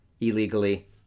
illegally